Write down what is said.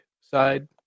side